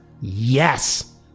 yes